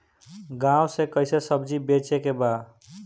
गांव से कैसे सब्जी बेचे के बा?